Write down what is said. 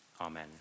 Amen